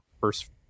first